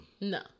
No